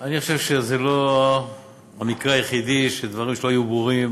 אני חושב שזה לא המקרה היחידי שדברים שלא היו ברורים